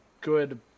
good